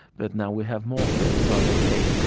but now we have morphine and so i'm ok.